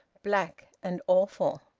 black and awful.